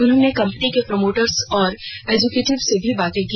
उन्हानें company के promoters और executive से भी बात की